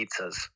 pizzas